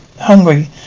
hungry